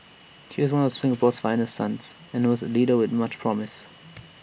he is one of Singapore's finest sons and was A leader with much promise